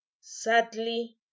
Sadly